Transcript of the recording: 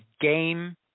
game